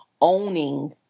owning